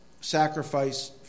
sacrifice